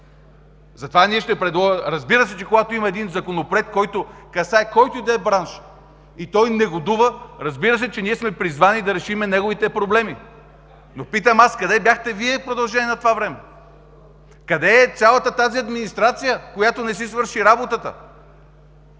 избран периодът? Разбира се, че когато има един законопроект, който касае който и да е било бранш и той негодува, ние сме призвани да решим неговите проблеми. Питам аз: къде бяхте Вие в продължение на това време? Къде е цялата тази администрация, която не си свърши работата?